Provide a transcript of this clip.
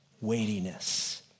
weightiness